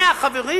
100 חברים?